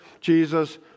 Jesus